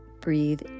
breathe